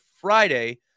Friday